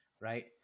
Right